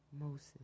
Moses